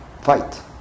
fight